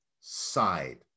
side